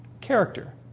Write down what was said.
character